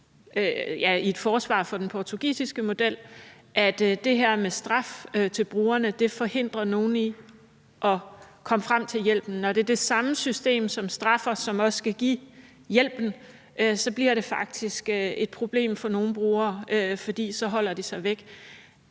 i et forsvar for den portugisiske model at sige, at det her med straf til brugerne forhindrer nogle i at komme frem til hjælpen, altså at når det er det samme system, som straffer, og som også skal give hjælpen, så bliver det faktisk et problem for nogle brugere, og så holder de sig væk.